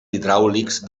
hidràulics